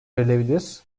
verilebilir